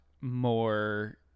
more